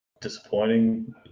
disappointing